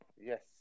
Yes